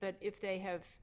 but if they have